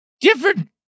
different